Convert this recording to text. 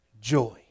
joy